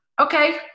okay